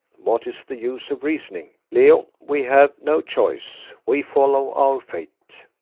what is the use of reasoning? leo, we have no choice we follow our fate.